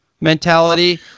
mentality